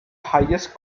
highest